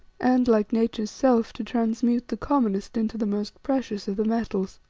and, like nature's self, to transmute the commonest into the most precious of the metals.